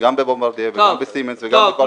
גם ב"בומברדייה" וגם ב"סימנס" וגם בכל המכרזים.